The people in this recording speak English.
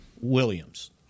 Williams